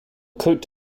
coat